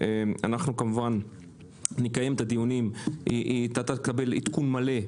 אנחנו נקיים דיונים ואתה תקבל עדכון מלא,